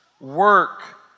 work